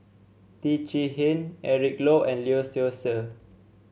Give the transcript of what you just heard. Teo Chee Hean Eric Low and Lee Seow Ser